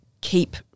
keep